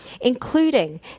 including